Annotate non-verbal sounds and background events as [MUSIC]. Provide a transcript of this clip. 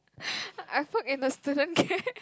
[LAUGHS] I work in a student care [LAUGHS]